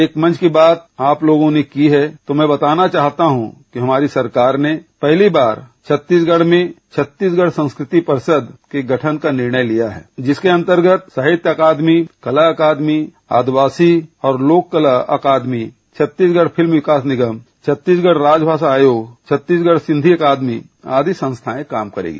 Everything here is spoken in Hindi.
एक मंच की बात आप लोगों ने की है तो मैं बताना चाहता हूं कि हमारी सरकार ने पहली बार छत्तीसगढ़ में छत्तीसगढ़ संस्कृति परिषद के गठन का निर्णय लिया है जिसके अंतर्गत साहित्य अकादमी कला अकादमी आदिवासी और लोककला अकादमी छत्तीसगढ़ फिल्म विकास निगम छत्तीसगढ़ राजभाषा आयोग छत्तीसगढ़ सिंधी अकादमी आदि संस्थाएं काम करेंगी